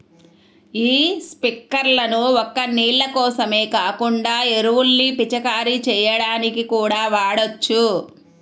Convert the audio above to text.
యీ స్పింకర్లను ఒక్క నీళ్ళ కోసమే కాకుండా ఎరువుల్ని పిచికారీ చెయ్యడానికి కూడా వాడొచ్చు